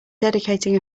dedicating